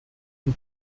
von